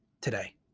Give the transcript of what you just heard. today